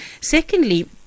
secondly